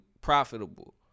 profitable